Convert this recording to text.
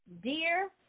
Dear